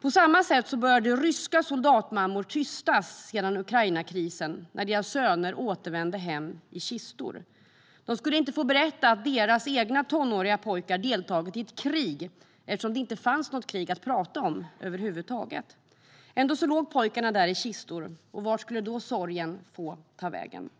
På samma sätt började ryska soldatmammor tystas sedan Ukrainakrisen, när deras söner återvände hem i kistor. De skulle inte få berätta att deras egna, tonåriga pojkar deltagit i ett krig - eftersom det inte fanns något krig att prata om över huvud taget. Ändå låg pojkarna där, i kistor. Vart skulle sorgen då ta vägen?